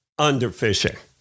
underfishing